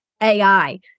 AI